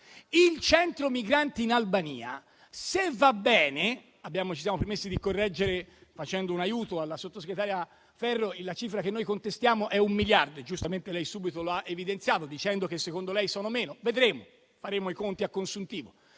ma per questioni numeriche. Ci siamo permessi di correggere, venendo in aiuto alla sottosegretaria Ferro: la cifra che noi contestiamo è un miliardo e giustamente lei subito lo ha evidenziato, dicendo che secondo lei sono meno (vedremo, faremo i conti a consuntivo).